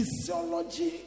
physiology